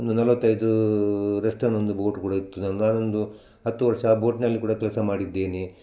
ಒಂದು ನಲವತ್ತೈದು ರೆಸ್ಟನ್ನೊಂದು ಬೋಟ್ ಕೂಡ ಇತ್ತು ನಂಗನೊಂದು ಹತ್ತು ವರ್ಷ ಆ ಬೋಟಿನಲ್ಲಿ ಕೂಡ ಕೆಲಸ ಮಾಡಿದ್ದೇನೆ